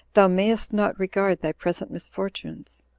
thou mayst not regard thy present misfortunes.